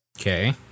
Okay